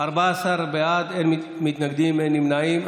14 בעד, אין מתנגדים, אין נמנעים.